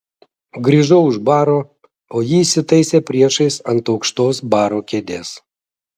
grįžau už baro o ji įsitaisė priešais ant aukštos baro kėdės